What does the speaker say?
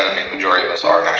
ah during the song